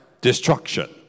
destruction